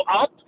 up